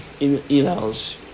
emails